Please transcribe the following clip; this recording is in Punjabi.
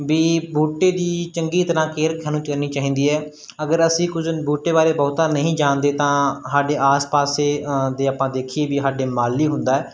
ਵੀ ਬੂਟੇ ਦੀ ਚੰਗੀ ਤਰ੍ਹਾਂ ਕੇਅਰ ਸਾਨੂੰ ਕਰਨੀ ਚਾਹੀਦੀ ਹੈ ਅਗਰ ਅਸੀਂ ਕੁਝ ਬੂਟੇ ਬਾਰੇ ਬਹੁਤਾ ਨਹੀਂ ਜਾਣਦੇ ਤਾਂ ਸਾਡੇ ਆਸੇ ਪਾਸੇ ਦੇ ਆਪਾਂ ਦੇਖੀਏ ਵੀ ਸਾਡੇ ਮਾਲੀ ਹੁੰਦਾ